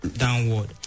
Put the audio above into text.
downward